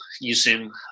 using